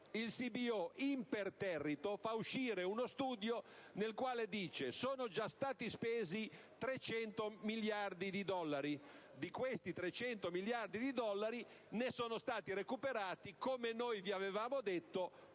il CBO, imperterrito, fece uscire uno studio nel quale diceva: sono stati già spesi 300 miliardi di dollari; di questi 300 miliardi di dollari ne sono stati recuperati, come noi vi avevamo detto,